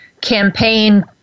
campaign